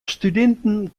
studinten